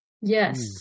Yes